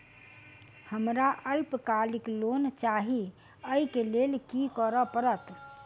हमरा अल्पकालिक लोन चाहि अई केँ लेल की करऽ पड़त?